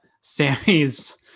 Sammy's